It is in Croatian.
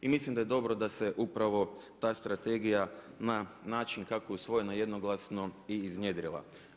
I mislim da je dobro da se upravo ta strategija na način kako je usvojena jednoglasno i iznjedrila.